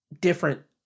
different